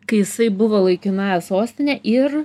kai jisai buvo laikinąja sostine ir